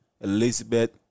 Elizabeth